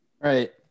Right